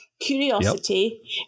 curiosity